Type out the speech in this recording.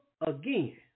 again